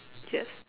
yes